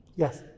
Yes